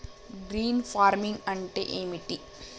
Green farming అంటే ఏమిటి?